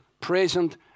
present